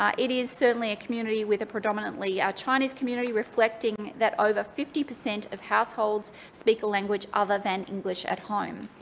um it is certainly a community with a predominately chinese community reflecting that over fifty percent of households speak a language other than english at home.